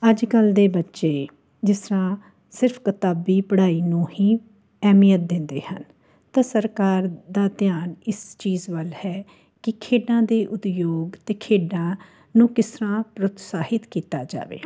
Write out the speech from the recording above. ਅੱਜ ਕੱਲ੍ਹ ਦੇ ਬੱਚੇ ਜਿਸ ਤਰ੍ਹਾਂ ਸਿਰਫ ਕਿਤਾਬੀ ਪੜ੍ਹਾਈ ਨੂੰ ਹੀ ਅਹਿਮੀਅਤ ਦਿੰਦੇ ਹਨ ਤਾਂ ਸਰਕਾਰ ਦਾ ਧਿਆਨ ਇਸ ਚੀਜ਼ ਵੱਲ ਹੈ ਕਿ ਖੇਡਾਂ ਦੇ ਉਦਯੋਗ ਅਤੇ ਖੇਡਾਂ ਨੂੰ ਕਿਸ ਤਰ੍ਹਾਂ ਪ੍ਰੋਤਸਾਹਿਤ ਕੀਤਾ ਜਾਵੇ